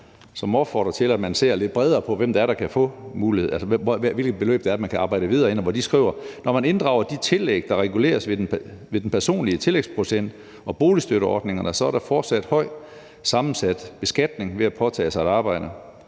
på, hvem det er, der kan få muligheden, altså hvilke beløb det er, man kan arbejde videre på, og de skriver: Når man inddrager de tillæg, der reguleres ved den personlige tillægsprocent og boligstøtteordningerne, er der fortsat høj sammensat beskatning ved at påtage sig et arbejde,